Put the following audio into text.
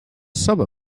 summer